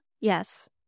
yes